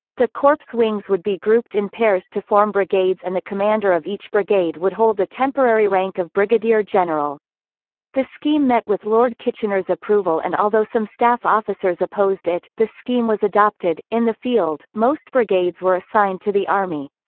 the corps' wings would be grouped in pairs to form brigades and the commander of each brigade would hold the temporary rank of brigadier-general. the scheme met with lord kitchener's approval and although some staff officers opposed it, the scheme was adopted in the field, most brigades were assigned to the army.